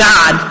God